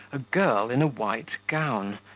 a girl in a white gown,